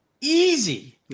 easy